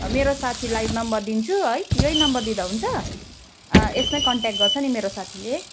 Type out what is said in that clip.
मेरो साथीलाई नम्बर दिन्छु है यही नम्बर दिँदा हुन्छ यसमै कन्ट्याक्ट गर्छ नि मेरो साथीले